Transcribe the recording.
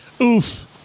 Oof